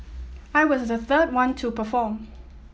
I was the third one to perform